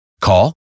Call